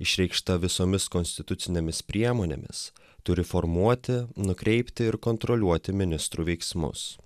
išreikšta visomis konstitucinėmis priemonėmis turi formuoti nukreipti ir kontroliuoti ministrų veiksmus